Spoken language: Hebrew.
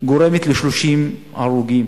גורמת ל-30 הרוגים.